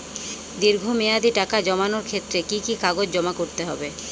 দীর্ঘ মেয়াদি টাকা জমানোর ক্ষেত্রে কি কি কাগজ জমা করতে হবে?